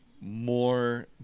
more